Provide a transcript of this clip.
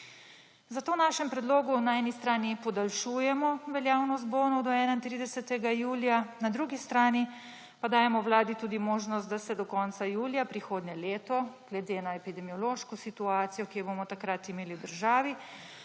Zato v našem predlogu na eni strani podaljšujemo veljavnost bonov do 31. julija, na drugi strani pa dajemo Vladi tudi možnost, da se do konca julija prihodnje leto glede na epidemiološko situacijo, ki jo bomo takrat imeli v državi